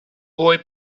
boy